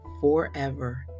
forever